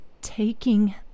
taking